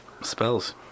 spells